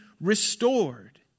restored